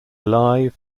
live